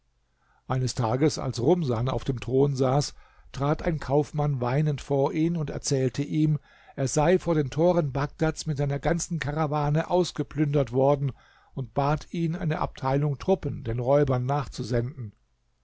eines tages als rumsan auf dem thron saß trat ein kaufmann weinend vor ihn und erzählte ihm er sei vor den toren bagdads mit seiner ganzen karawane ausgeplündert worden und bat ihn eine abteilung truppen den räubern nachzusenden